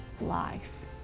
life